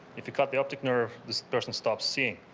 if you cut the optic nerve, this person stops seeing.